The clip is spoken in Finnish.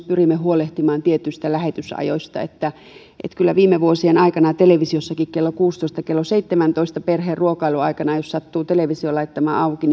pyrimme huolehtimaan tietyistä lähetysajoista kyllä viime vuosien aikana televisiostakin jos kello kuuteentoista viiva seitsemääntoista perheen ruokailuaikana on sattunut television laittamaan auki